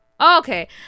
Okay